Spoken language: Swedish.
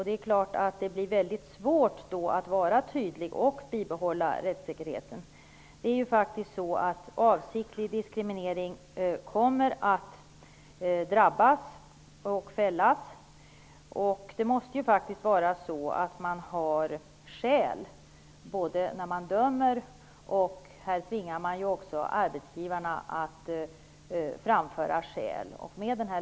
Det är klart att det då blir väldigt svårt att vara tydlig och bibehålla rättssäkerheten. Den som gör sig skyldig till avsiktlig diskriminering kommer att fällas. Det måste då faktiskt finnas skäl när man dömer, och med den här lagstiftningen tvingar man också arbetsgivarna att framföra skäl.